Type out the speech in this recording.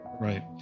right